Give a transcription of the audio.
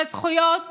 בזכויות